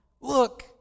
look